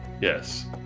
Yes